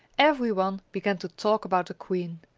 everyone began to talk about the queen,